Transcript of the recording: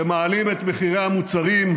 אתם מעלים את מחירי המוצרים,